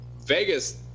Vegas